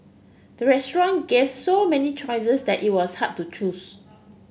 the restaurant gave so many choices that it was hard to choose